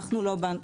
אנחנו בנק ישראל.